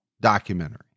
documentary